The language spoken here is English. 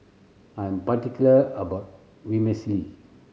I'm particular about Vermicelli